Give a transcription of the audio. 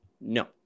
No